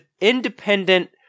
independent